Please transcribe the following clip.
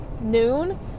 noon